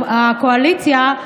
הקואליציה,